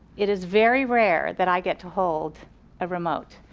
it is very rare that i get to hold a remote.